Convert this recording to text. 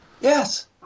Yes